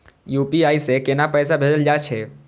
UPI से केना पैसा भेजल जा छे?